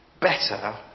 better